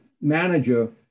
manager